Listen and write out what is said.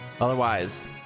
Otherwise